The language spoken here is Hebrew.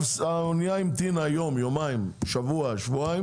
אם האנייה המתינה יום, יומיים, שבוע, שבועיים